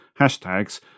hashtags